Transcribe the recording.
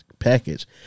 Package